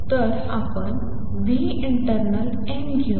तर आपण internal n घेऊ